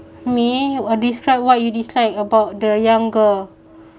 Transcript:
mean describe what you dislike about the younger